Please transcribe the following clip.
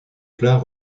plat